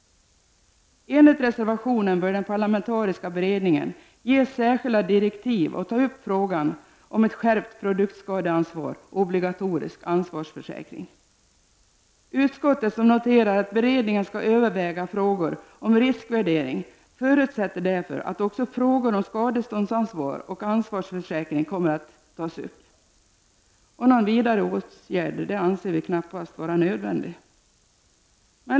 Enligt reservationen bör den parlamentariska beredningen ges särskilda direktiv att ta upp frågan om ett skärpt produktskadeansvar och obligatorisk ansvarsförsäkring. Utskottet, som noterar att beredningen skall överväga frågor om riskvärdering, förutsätter därför att också frågor om skadeståndsansvar och ansvarsförsäkring kommer att tas upp. Någon vidare åtgärd anser vi knappast vara nödvändig.